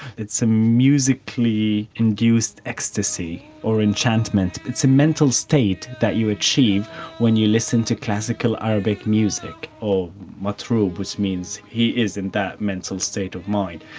it's a musically induced ecstasy or entitlement. it's a mental state that you achieve when you listen to classical classical arabic music or matroub which means he is in that mental state of mind,